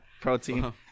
protein